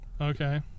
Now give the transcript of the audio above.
Okay